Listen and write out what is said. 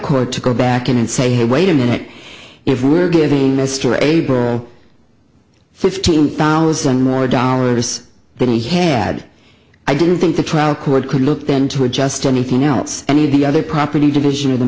court to go back in and say hey wait a minute if we were giving mr abel fifteen thousand more dollars but he had i don't think the trial court could look then to adjust anything else any of the other property division of the